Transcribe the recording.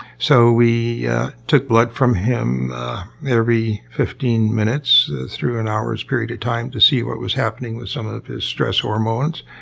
so, we yeah took blood from him every fifteen minutes through an hour's period of time to see what was happening with some of his stress hormones,